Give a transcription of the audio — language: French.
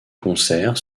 concerts